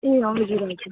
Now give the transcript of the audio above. ए हजुर हजुर